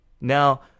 Now